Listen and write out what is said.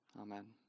Amen